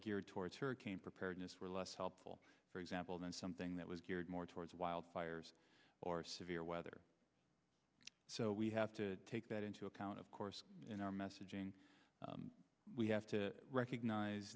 geared towards hurricane preparedness were less helpful for example than something that was geared more towards wildfires or severe weather so we have to take that into account of course in our messaging we have to recognize